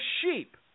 sheep